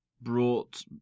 brought